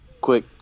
quick